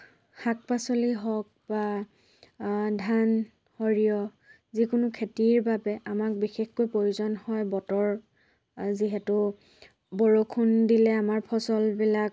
শাক পাচলি হওক বা ধান সৰিয়হ যিকোনো খেতিৰ বাবে আমাক বিশেষকৈ প্ৰয়োজন হয় বতৰ যিহেতু বৰষুণ দিলে আমাৰ ফচলবিলাক